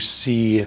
see